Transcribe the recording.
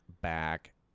back